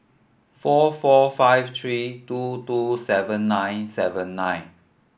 four four five three two two seven nine seven nine